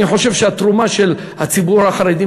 אני חושב שהתרומה של הציבור החרדי,